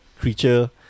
Creature